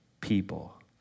people